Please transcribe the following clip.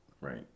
Right